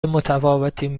متفاوتیم